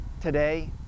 today